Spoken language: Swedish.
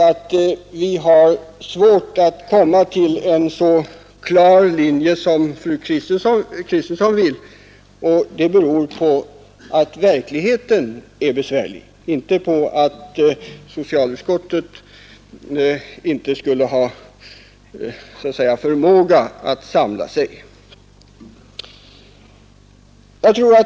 Att vi inte har kunnat komma fram till en så klar linje som fru Kristensson önskar beror på att verkligheten är besvärlig och inte på att socialutskottet inte skulle ha förmåga att samla sig.